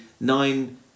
nine